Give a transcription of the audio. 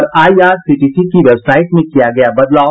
और आईआरसीटीसी की वेबसाईट में किया गया बदलाव